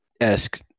esque